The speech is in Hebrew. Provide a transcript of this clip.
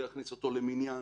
לא יכניס אותו למניין